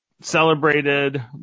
celebrated